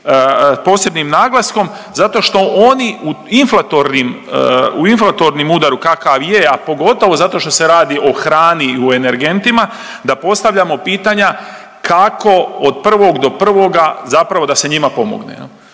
posebnim naglaskom zato što oni u inflatornim udaru, kakav je, a pogotovo zato što se radi o hrani i u energentima, da postavljamo pitanja kako od 1. do 1. zapravo da se njima pomogne